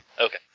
Okay